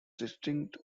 distinct